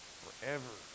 forever